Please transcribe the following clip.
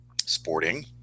sporting